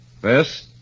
First